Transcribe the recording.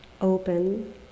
open